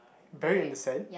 buried in the sand